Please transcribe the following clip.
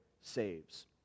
saves